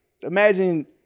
imagine